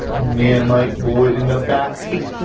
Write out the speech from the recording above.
me and mike boyd in the back seat,